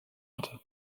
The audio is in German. hatte